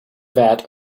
vat